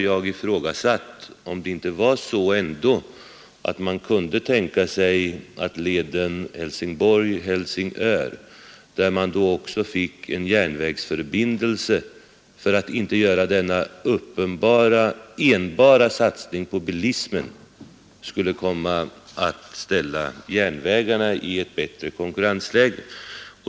Jag ifrågasatte därför, om man inte kunde tänka sig att en led mellan Helsingborg och Helsingör, som skulle innebära att man också fick en järnvägsförbindelse och inte enbart en satsning på bilismen, skulle komma att ställa järnvägarna i ett bättre konkurrensläge.